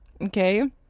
Okay